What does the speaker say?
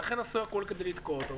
ולכן עשו הכול כדי לתקוע אותו.